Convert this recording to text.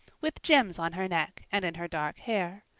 with gems on her neck and in her dark hair.